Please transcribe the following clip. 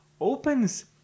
opens